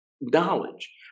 knowledge